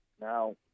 Now